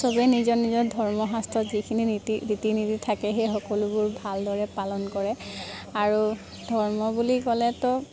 চবেই নিজৰ নিজৰ ধৰ্ম শাস্ত্ৰত যিখিনি নীতি ৰীতি নীতি থাকে সেই সকলোবোৰ ভালদৰে পালন কৰে আৰু ধৰ্ম বুলি ক'লেতো